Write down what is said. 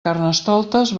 carnestoltes